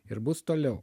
ir bus toliau